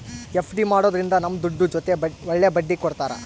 FD ಮಾಡೋದ್ರಿಂದ ನಮ್ ದುಡ್ಡು ಜೊತೆ ಒಳ್ಳೆ ಬಡ್ಡಿ ಕೊಡ್ತಾರ